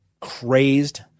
crazed